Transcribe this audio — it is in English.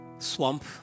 Swamp